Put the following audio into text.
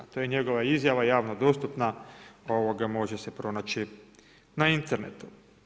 To je njegova izjava, javno dostupna, može se pronaći na internetu.